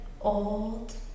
old